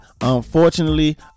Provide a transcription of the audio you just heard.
unfortunately